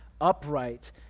upright